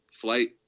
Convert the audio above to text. flight